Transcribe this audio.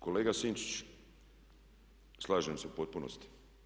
Kolega Sinčić, slažem se u potpunosti.